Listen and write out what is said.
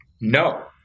No